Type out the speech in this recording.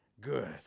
good